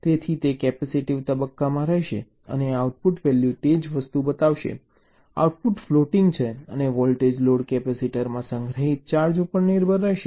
તેથી તે તે કેપેસિટીવ તબક્કામાં રહેશે અને આઉટપુટ વૅલ્યુ તે જ વસ્તુ બતાવશે આઉટપુટ ફ્લોટિંગ છે અને વોલ્ટેજ લોડ કેપેસિટરમાં સંગ્રહિત ચાર્જ ઉપર નિર્ભર રહેશે